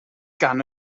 gan